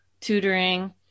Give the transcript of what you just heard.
tutoring